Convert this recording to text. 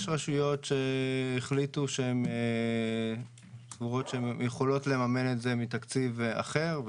יש רשויות שהחליטו שהן סבורות שהן יכולות לממן את זה מתקציב אחר,